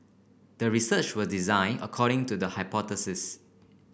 the research was design according to the hypothesis